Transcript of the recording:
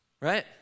right